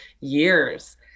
years